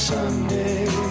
Sunday